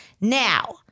now